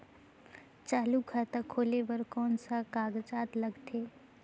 चालू खाता खोले बर कौन का कागजात लगथे?